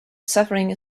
suffering